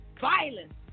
violence